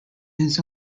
his